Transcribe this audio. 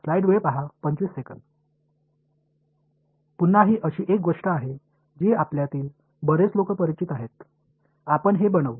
पुन्हा ही अशी एक गोष्ट आहे जी आपल्यातील बरेच लोक परिचित आहेत आपण हे बनवू